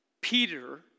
Peter